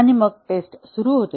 आणि मग टेस्ट सुरू होते